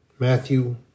Matthew